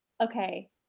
Okay